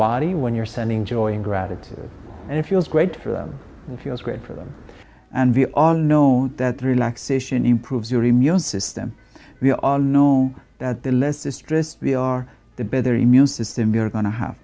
body when you're sending joy and gratitude and if your is great for them and feels great for them and we all know that relaxation improves your immune system we all know that the less distressed we are the better immune system we're going to have